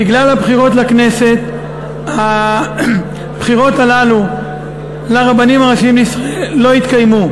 בגלל הבחירות לכנסת הבחירות הללו של הרבנים הראשיים לישראל לא התקיימו.